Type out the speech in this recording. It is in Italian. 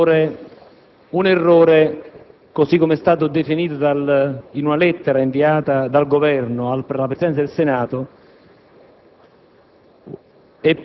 un errore, così com'è stato definito in una lettera inviata dal Governo alla Presidenza del Senato.